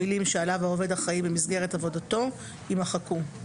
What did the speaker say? המילים "שעליו העובד אחראי במסגרת עבודתו" יימחקו.